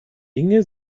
inge